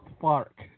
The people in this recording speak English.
Park